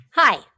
Hi